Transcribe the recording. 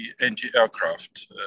anti-aircraft